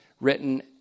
written